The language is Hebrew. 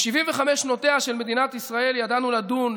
ב-75 שנותיה של מדינת ישראל ידענו לדון,